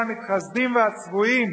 התשובה שלו: אלה המתחסדים והצבועים,